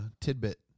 tidbit